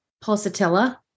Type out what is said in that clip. Pulsatilla